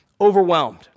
overwhelmed